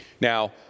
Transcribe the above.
Now